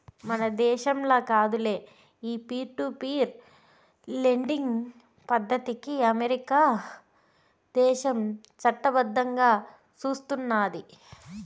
మన దేశంల కాదులే, ఈ పీర్ టు పీర్ లెండింగ్ పద్దతికి అమెరికా దేశం చట్టబద్దంగా సూస్తున్నాది